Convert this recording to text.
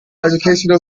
educational